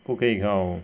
不可以考